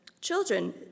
Children